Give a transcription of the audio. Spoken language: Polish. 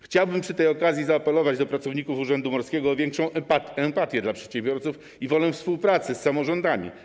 Chciałbym przy tej okazji zaapelować do pracowników urzędu morskiego o większą empatię dla przedsiębiorców i wolę współpracy z samorządami.